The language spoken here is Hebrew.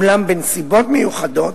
אולם בנסיבות מיוחדות,